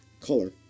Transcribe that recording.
color